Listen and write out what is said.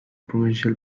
provincial